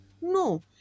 No